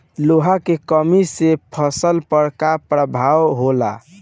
लोहा के कमी से फसल पर का प्रभाव होला?